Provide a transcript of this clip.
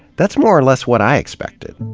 that's more or less what i expected.